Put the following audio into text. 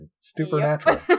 Supernatural